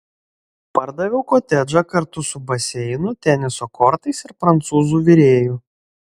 pardaviau kotedžą kartu su baseinu teniso kortais ir prancūzų virėju